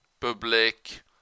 Public